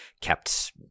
kept